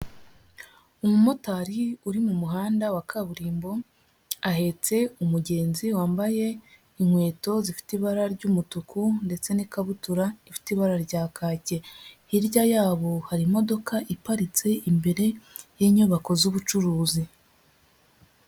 Umumotari uri mu muhanda wa kaburimbo ahetse umugenzi wambaye inkweto zifite ibara ry'umutuku ndetse n'ikabutura ifite ibara rya kake, hirya yabo hari imodoka iparitse imbere y'inyubako z'ubucuruzi.